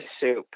soup